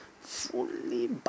fully